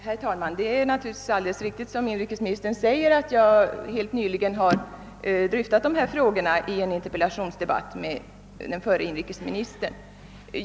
Herr talman! Det är naturligtvis alldeles riktigt som inrikesministern säger att jag helt nyligen har dryftat dessa frågor i en interpellationsdebatt med den förre inrikesministern.